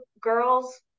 girls